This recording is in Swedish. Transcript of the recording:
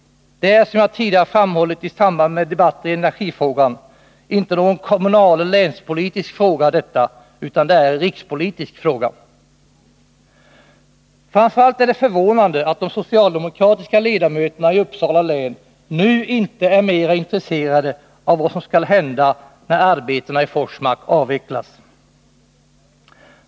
Detta är, som jag tidigare framhållit i samband med debatter i energifrågan, inte någon kommunaleller länspolitisk fråga, utan en rikspolitisk. Framför allt är det förvånande att de socialdemokratiska ledamöterna i Uppsala län nu inte är mera intresserade av vad som skall hända när arbetena i Forsmark avvecklas.